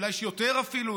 אולי יותר אפילו,